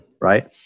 Right